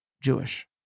Jewish